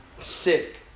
Sick